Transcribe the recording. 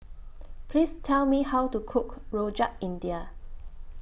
Please Tell Me How to Cook Rojak India